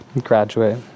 graduate